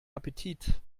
appetit